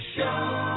Show